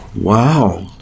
Wow